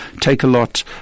Take-A-Lot